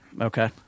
Okay